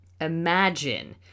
Imagine